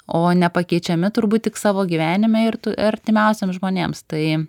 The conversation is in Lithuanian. o nepakeičiami turbūt tik savo gyvenime ir tu artimiausiem žmonėms tai